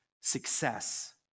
success